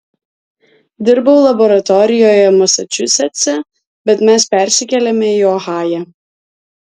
dirbau laboratorijoje masačusetse bet mes persikėlėme į ohają